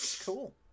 Cool